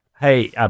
hey